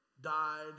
died